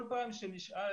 כל פעם שנשאל: